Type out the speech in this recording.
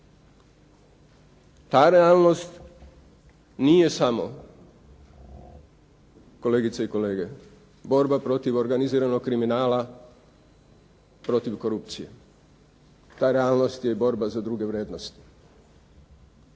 Ta realnost nije samo kolegice i kolege, borba protiv organiziranog kriminala, protiv korupcije. Ta realnost je borba za druge vrijednosti,